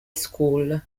school